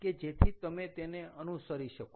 કે જેથી તમે તેને અનુસરી શકો